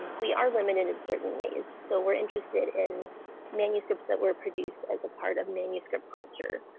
we are limited in certain ways. so we're interested in manuscripts that were produced as a part of manuscript culture,